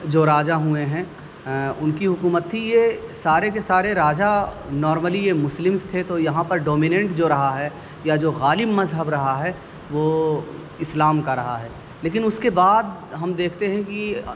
جو راجا ہوئے ہیں ان کی حکومت تھی یہ سارے کے سارے راجا نارملی یہ مسلمس تھے تو یہاں پر ڈومینٹ جو رہا ہے یا جو غالب مذہب رہا ہے وہ اسلام کا رہا ہے لیکن اس کے بعد ہم دیکھتے ہیں کہ